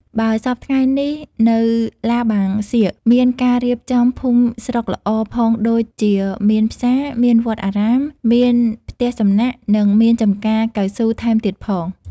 បើសព្វថ្ងៃនេះ នៅឡាបាងសៀក មានការរៀបចំភូមិស្រុកល្អផងដូចជាមានផ្សារ មានវត្តអារាម មានផ្ទះសំណាក់ និងមានចម្ការកៅស៊ូរថែមទៀតផង។